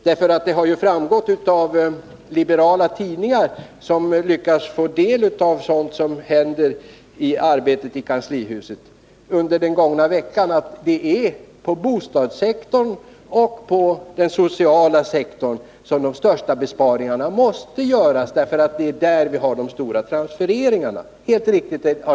Det har under den gångna veckan framgått av liberala tidningar, som lyckas få del av vad som händer i arbetet inom kanslihuset, att det är på bostadssektorn och på den sociala sektorn som de största besparingarna måste göras, därför att det är där som vi har de största transfereringarna.